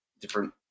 different